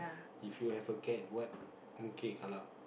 If you had a cat what